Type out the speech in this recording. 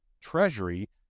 treasury